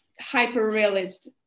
hyper-realist